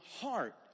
heart